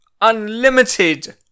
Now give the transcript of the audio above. unlimited